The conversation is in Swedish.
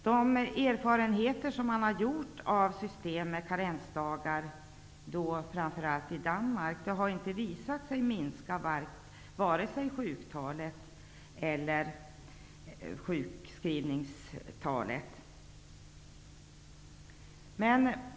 De erfarenheter som man gjort av systemet med karensdagar, framför allt i Danmark, har inte visat att det leder till en minskning av vare sig sjuktalet eller sjukskrivningstalet.